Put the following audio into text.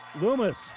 loomis